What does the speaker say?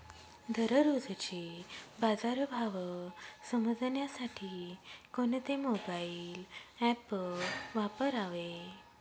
दररोजचे बाजार भाव समजण्यासाठी कोणते मोबाईल ॲप वापरावे?